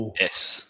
yes